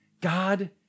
God